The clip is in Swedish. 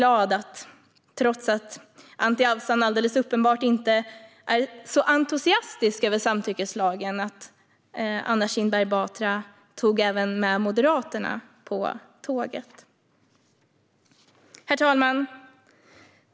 Anti Avsan är alldeles uppenbart inte så entusiastisk över samtyckeslagen, men jag är glad att Anna Kinberg Batra tog med Moderaterna på tåget. Herr talman!